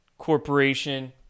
Corporation